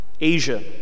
Asia